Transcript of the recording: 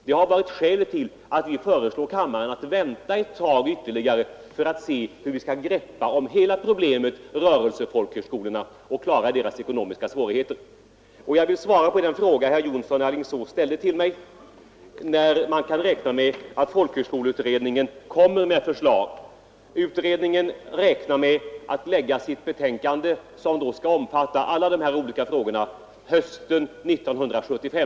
Det har varit skälen till att vi föreslår kammaren att vänta ytterligare en tid för att vi skall kunna se hur vi skall kunna angripa hela problematiken beträffande rörelsefolkhögskolorna och klara deras ekonomiska svårigheter. Jag vill svara på den fråga som herr Jonsson i Alingsås ställde till mig om när man kan beräkna att folkhögskoleutredningen kommer att lägga fram förslag. Utredningen räknar med att lägga fram sitt betänkande, som skall omfatta huvuddelen av dess uppdrag hösten 1975.